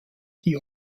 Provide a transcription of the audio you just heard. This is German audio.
the